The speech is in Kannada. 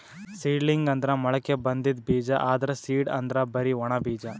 ಸೀಡಲಿಂಗ್ ಅಂದ್ರ ಮೊಳಕೆ ಬಂದಿದ್ ಬೀಜ, ಆದ್ರ್ ಸೀಡ್ ಅಂದ್ರ್ ಬರಿ ಒಣ ಬೀಜ